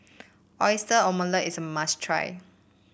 Oyster Omelette is a must try